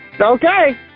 Okay